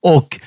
Och